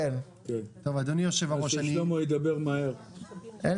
אדוני היושב ראש, אין